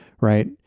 right